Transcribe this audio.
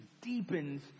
deepens